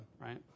right